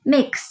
Mix